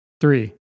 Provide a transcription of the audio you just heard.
Three